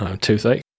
toothache